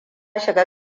shiga